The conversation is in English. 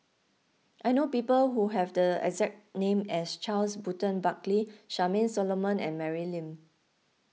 I know people who have the exact name as Charles Burton Buckley Charmaine Solomon and Mary Lim